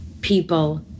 people